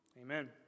Amen